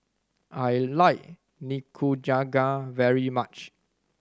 I like Nikujaga very much